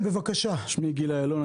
שמי גיל איילון,